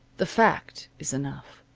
the fact is enough.